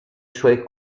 suoi